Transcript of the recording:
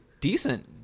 decent